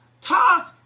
toss